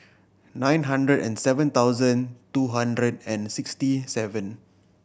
nine hundred and seven thousand two hundred and sixty seven